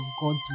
God's